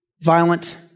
violent